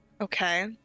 okay